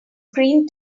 screen